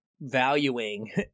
valuing